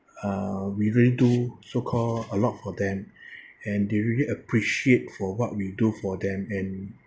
uh we really do so-called a lot for them and they really appreciate for what we do for them and